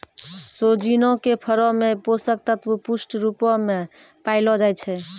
सोजिना के फरो मे पोषक तत्व पुष्ट रुपो मे पायलो जाय छै